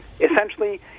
Essentially